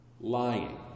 Lying